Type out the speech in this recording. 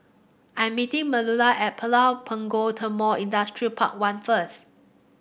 I'm meeting Manuela at Pulau Punggol Timor Industrial Park One first